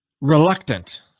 reluctant